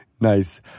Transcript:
Nice